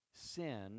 sin